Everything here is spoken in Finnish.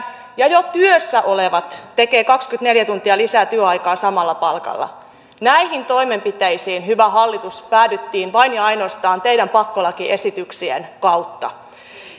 ja jo työssä olevat tekevät kaksikymmentäneljä tuntia lisää työaikaa samalla palkalla näihin toimenpiteisiin hyvä hallitus päädyttiin vain ja ainoastaan teidän pakkolakiesityksien kautta